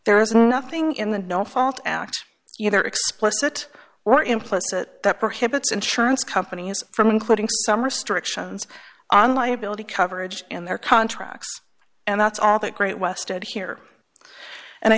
there is nothing in the no fault act either explicit or implicit that prohibits insurance companies from including some restrictions on liability coverage in their contracts and that's all that great west of here and i